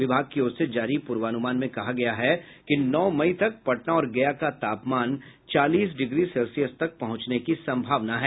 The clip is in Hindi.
विभाग की ओर से जारी पूर्वानुमान में कहा गया है कि नौ मई तक पटना और गया का तापमान चालीस डिग्री सेल्सियस तक पहुंचने की संभावना है